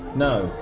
no!